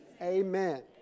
amen